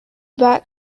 bought